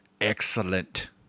Excellent